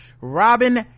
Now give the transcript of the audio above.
Robin